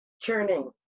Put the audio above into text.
churning